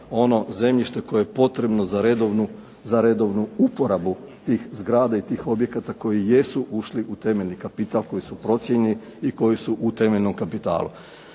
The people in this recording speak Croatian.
ono zemljište koje je potrebno za redovnu uporabu tih zgrada i tih objekata koji jesu ušli u temeljni kapital koji su procijenjeni i koji su u temeljnom kapitalu.